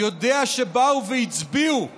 אני יודע שבאו והצביעו כך,